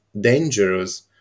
dangerous